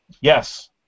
Yes